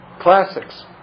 Classics